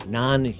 non